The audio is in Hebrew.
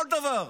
כל דבר.